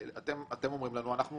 אומרים לנו אנחנו